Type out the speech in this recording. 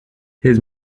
his